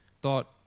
thought